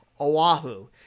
Oahu